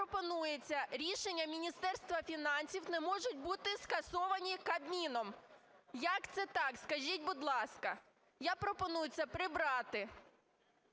пропонується, рішення Міністерства фінансів не можуть бути скасовані Кабміном. Як це так, скажіть будь ласка? Я пропоную це прибрати.